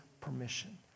permission